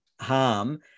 harm